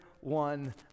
one